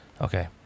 Okay